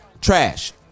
Trash